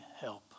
help